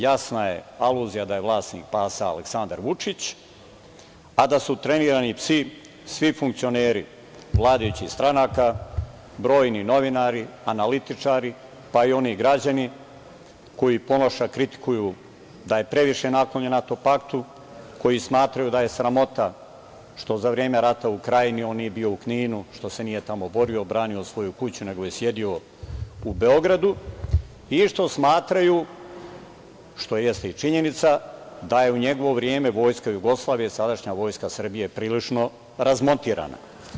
Jasna je aluzija da je vlasnik pasa Aleksandar Vučić, a da su trenirani psi svi funkcioneri vladajućih stranaka, brojni novinari, analitičari, pa i oni građani koji Ponoša kritikuju da je previše naklonjen NATO paktu, koji smatraju da je sramota što za vreme rata u Krajini on nije bio u Kninu, što se nije tamo borio, branio svoju kuću, nego je sedeo u Beogradu i što smatraju, što jeste i činjenica, da je u njegovo vreme Vojska Jugoslavije, sadašnja Vojska Srbije prilično razmontirana.